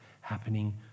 happening